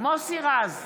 מוסי רז,